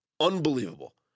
Unbelievable